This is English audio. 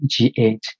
G8